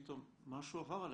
פתאום משהו עבר,